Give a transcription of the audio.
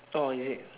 orh is it